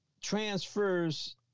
transfers